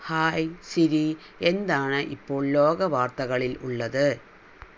hi Siri എന്താണ് ഇപ്പോൾ ലോക വാർത്തകളിൽ ഉള്ളത്